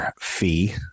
fee